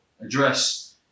address